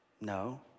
No